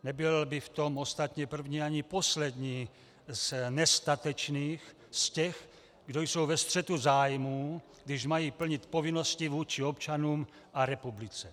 Nebyl by v tom ostatně první ani poslední z nestatečných, z těch, kdo jsou ve střetu zájmů, když mají plnit povinnosti vůči občanům a republice.